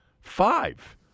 Five